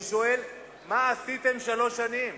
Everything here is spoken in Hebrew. אני שואל: מה עשיתם שלוש שנים?